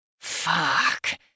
Fuck